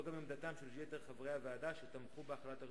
זו גם עמדתם של יתר חברי הוועדה שתמכו בהחלת הרציפות.